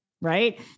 right